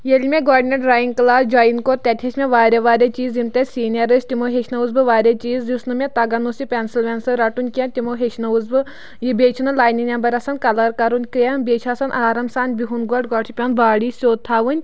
ییٚلہِ مےٚ گۄڈنٮ۪تھ ڈرٛایِنٛگ کٕلاس جۄیِن کوٚر تَتہِ ہیٚچھۍ مےٚ واریاہ واریاہ چیٖز یِم تَتہِ سیٖنِیَر ٲسۍ تِمو ہیٚچھنٲوس بہٕ واریاہ چیٖز یُس نہٕ مےٚ تَگَان اوٗس یہِ پیٚنسَل ویٚنسَل رَٹُن کیٚنٛہہ تِمو ہیٚچھنٲوِس بہٕ یہِ بیٚیہِ چھِنہٕ لاینہِ نیٚبَر آسان کَلَر کَرُن کیٚنٛہہ بیٚیہِ چھِ آسان آرام سان بیٚہُن گۄڈٕ گۄڈٕ چھِ پیٚوان باڈی سیوٚد تھاوٕنۍ